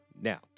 Now